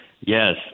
Yes